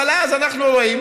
אבל אז היינו רואים,